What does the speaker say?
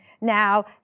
Now